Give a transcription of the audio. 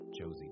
Josie